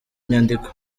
nyandiko